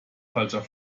falscher